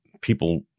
people